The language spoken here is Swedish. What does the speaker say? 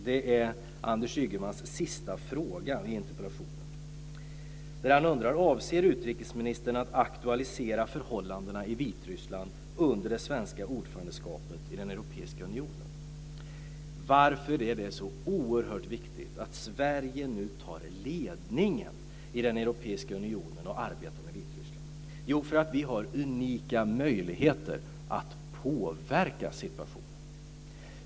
Det är Anders Ygemans sista fråga i interpellationen. Han undrar om utrikesministern avser att aktualisera förhållandena i Vitryssland under det svenska ordförandeskapet i den europeiska unionen. Varför är det så oerhört viktigt att Sverige nu tar ledningen i den europeiska unionen och arbetar med Vitryssland? Jo, därför att vi har unika möjligheter att påverka situationen.